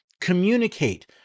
communicate